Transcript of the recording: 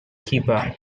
keeper